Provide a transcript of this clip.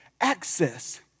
access